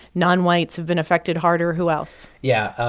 nonwhites have been affected harder. who else? yeah.